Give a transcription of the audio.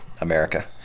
America